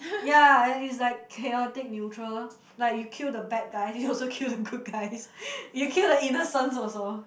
ya and it's like chaotic neutral like you kill the bad guy you also kill the good guys you kill the innocents also